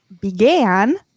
began